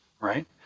right